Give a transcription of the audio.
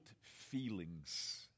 feelings